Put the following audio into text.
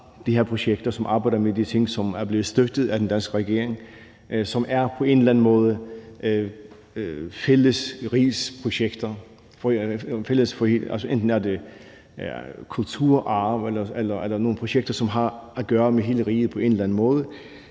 de her projekter, som arbejder med de ting, som er blevet støttet af den danske regering, og som på en eller anden måde er fælles rigsprojekter – enten er det kulturarvsprojekter eller nogle projekter, som har at gøre med hele riget på en eller anden måde